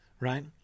right